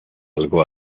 algo